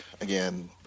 again